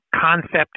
concept